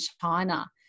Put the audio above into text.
China